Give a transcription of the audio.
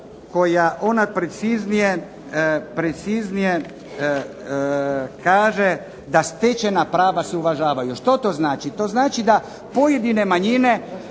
koja ona preciznije kaže da stečena prava se uvažavaju. Što to znači? To znači da pojedine manjine